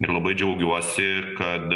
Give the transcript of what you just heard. ir labai džiaugiuosi kad